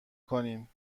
کنین